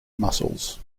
muscles